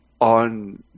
on